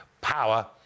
power